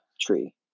tree